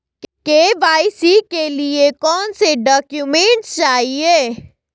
KYC के लिए कौनसे डॉक्यूमेंट चाहिये?